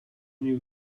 new